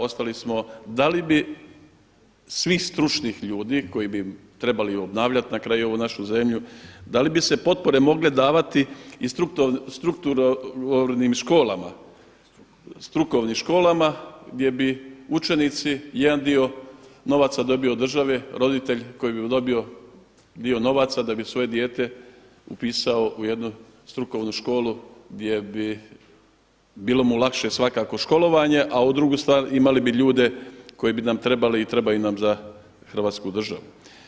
Ostali smo, da li bi svi stručnih ljudi koji bi trebali obnavljati na kraju ovu našu zemlju, da li bi se potpore mogle davati i strukovnim školama gdje bi učenici jedan dio novac dobio od države, roditelj koji bi dobio dio novaca da bi svoje dijete upisao u jednu strukovnu školu gdje bi bilo mu lakše svakako školovanja, a u drugu stvar imali bi ljude koji bi nam trebali i trebaju nam za Hrvatsku državu.